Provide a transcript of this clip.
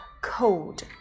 cold